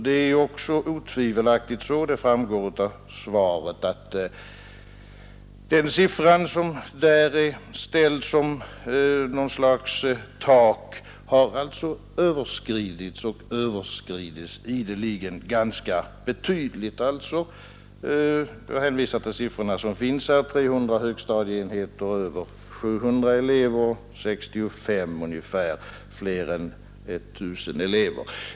Det framgår otvivelaktigt av svaret att den siffra som där uppställts som någon slags tak har överskridits och överskrids ideligen ganska betydligt. Jag hänvisar till siffrorna här: 300 högstadieenheter med över 700 elever och 65 med fler än 1 000 elever.